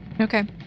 Okay